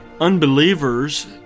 unbelievers